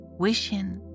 wishing